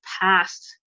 past